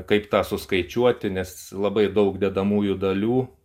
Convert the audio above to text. kaip tą suskaičiuoti nes labai daug dedamųjų dalių